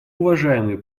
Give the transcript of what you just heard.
уважаемый